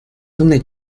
une